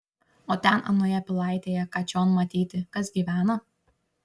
o ten anoje pilaitėje ką čion matyti kas gyvena